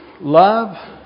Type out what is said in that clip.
love